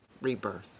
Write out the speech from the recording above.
rebirth